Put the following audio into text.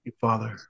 father